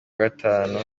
gatanu